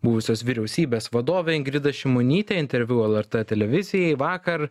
buvusios vyriausybės vadovė ingrida šimonytė interviu lrt televizijai vakar